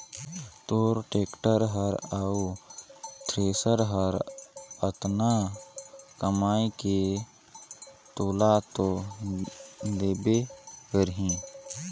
तोर टेक्टर हर अउ थेरेसर हर अतना कमाये के तोला तो देबे करही